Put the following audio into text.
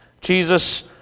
Jesus